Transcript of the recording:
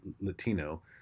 Latino